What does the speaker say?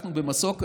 טסנו במסוק.